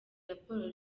raporo